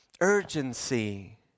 urgency